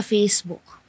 Facebook